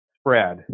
spread